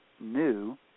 new